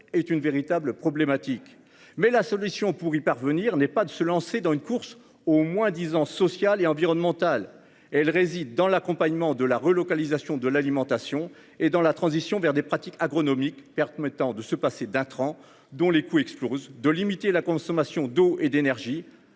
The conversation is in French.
est une véritable problématique. Mais la solution pour y parvenir n'est pas de se lancer dans une course au moins disant social et environnemental et elle réside dans l'accompagnement de la relocalisation de l'alimentation et dans la transition vers des pratiques agronomiques permettant de se passer d'intrants dont les coûts explosent de limiter la consommation d'eau et d'énergie.